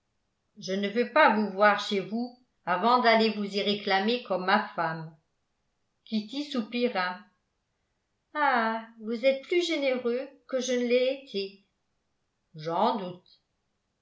je ne veux pas vous voir chez vous avant d'aller vous y réclamer comme ma femme kitty soupira ah vous êtes plus généreux que je ne l'ai été j'en doute